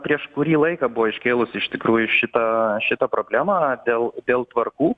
prieš kurį laiką buvo iškėlusi iš tikrųjų šitą šitą problemą dėl dėl tvarkų